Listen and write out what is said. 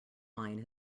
mine